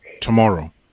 tomorrow